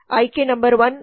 ಆಯ್ಕೆ number one